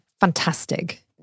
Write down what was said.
fantastic